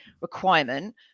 requirement